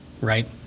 right